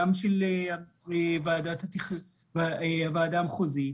גם של הוועדה המחוזית